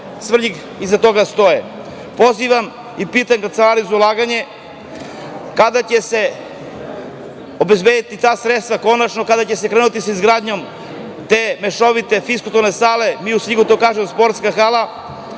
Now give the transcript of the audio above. Svrljig iza toga stoje. Pozivam i pitam Kancelariju za ulaganje kada će se obezbediti ta sredstva konačno, kada će se krenuti sa izgradnjom te mešovite fiskulturne sale, a mi u Svrljigu to kažemo sportska hala?